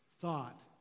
thought